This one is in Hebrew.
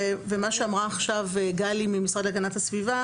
ומה שאמרה עכשיו גלי ממשרד להגנת הסביבה